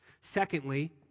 Secondly